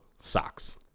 socks